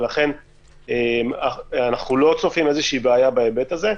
ולכן אנחנו לא צופים בעיה בהיבט הזה.